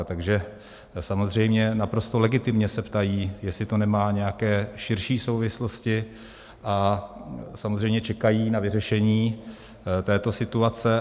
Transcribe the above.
Takže samozřejmě naprosto legitimně se ptají, jestli to nemá nějaké širší souvislosti, a samozřejmě čekají na vyřešení této situace.